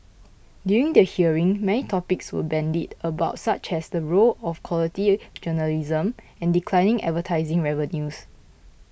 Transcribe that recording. during the hearing many topics were bandied about such as the role of quality journalism and declining advertising revenues